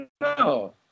No